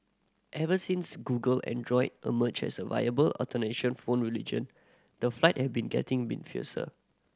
ever since Google Android emerged as a viable alternation phone religion the flight had been getting fiercer